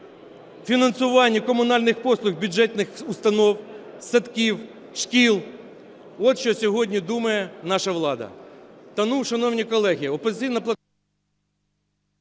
фінансуванні комунальних послуг бюджетних установ, садків, шкіл, от що сьогодні думає наша влада.